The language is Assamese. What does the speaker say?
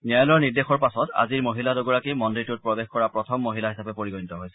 ন্যায়ালয়ৰ নিৰ্দেশৰ পাছত আজিৰ মহিলা দুগৰাকী মন্দিৰটোত প্ৰৱেশ কৰা প্ৰথম মহিলা হিচাপে পৰিগণিত হৈছে